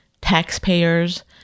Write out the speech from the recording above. taxpayers